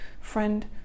friend